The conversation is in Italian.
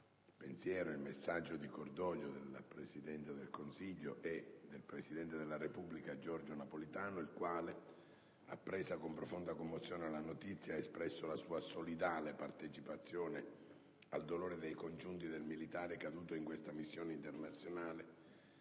il pensiero e il messaggio di cordoglio del Presidente del Consiglio e del presidente della Repubblica, Giorgio Napolitano, il quale, appresa con profonda commozione la notizia, ha espresso la sua solidale partecipazione al dolore dei congiunti del militare caduto in questa missione internazionale,